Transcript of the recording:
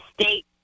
state